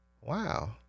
wow